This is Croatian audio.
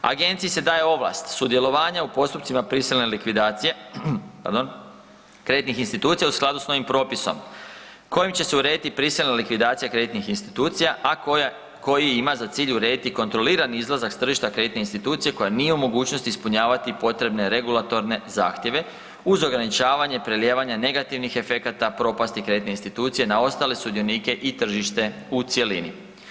Agenciji se daje ovlast sudjelovanja u postupcima prisilne likvidacije kreditnih institucija u skladu s novim propisom kojim će se urediti prisilna likvidacija kreditnih institucija, a koji ima za cilj urediti i kontrolirani izlazak s tržišta kreditne institucije koja nije u mogućnosti ispunjavati potrebne regulatorne zahtjeve uz ograničavanje prelijevanja negativnih efekata propasti kreditne institucije na ostale sudionike i tržište u cjelini.